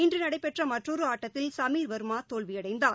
இன்றுநடைபெற்றமற்றொருஆட்டத்தில் Sameer வர்மாதோல்வியடைந்தார்